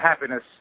happiness